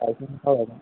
ꯑꯗꯨꯅ ꯐꯔꯅꯤ